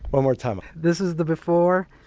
one more time. this is the before.